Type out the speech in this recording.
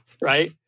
right